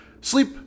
Sleep